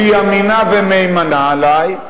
שהיא אמינה ומהימנה עלי,